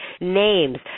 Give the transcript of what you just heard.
names